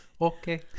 Okay